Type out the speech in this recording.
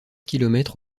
kilomètres